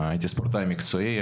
הייתי ספורטאי מקצועי,